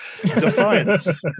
Defiance